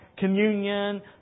communion